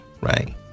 Right